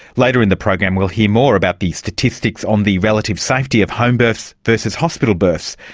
later in the program we'll hear more about the statistics on the relative safety of homebirths versus hospital births.